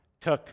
took